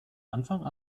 anfang